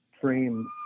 frame